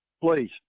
please